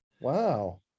wow